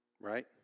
right